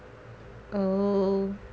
oh